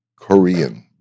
Korean